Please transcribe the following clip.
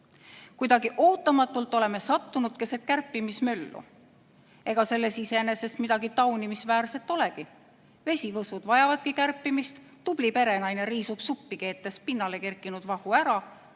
loota".Kuidagi ootamatult oleme sattunud keset kärpimismöllu. Ega selles iseenesest midagi taunimisväärset ei olegi. Vesivõsud vajavadki kärpimist, tubli perenaine riisub suppi keetes pinnale kerkinud vahu ära.